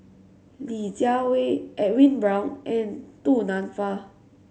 Li Jiawei Edwin Brown and Du Nanfa